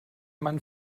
man